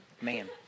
Man